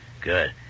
Good